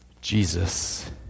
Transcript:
Jesus